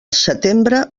setembre